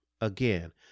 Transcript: again